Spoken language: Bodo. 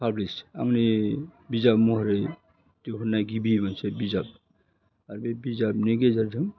पाब्लिस आंनि बिजाब महरै दिहुननाय गिबि मोनसे बिजाब आर बे बिजाबनि गेजेरजों